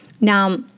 Now